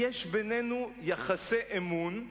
"יש בינינו יחסי אמון".